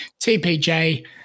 tpj